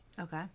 Okay